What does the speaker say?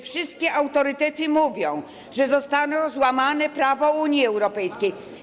Wszystkie autorytety stwierdzają, że zostało złamane prawo Unii Europejskiej.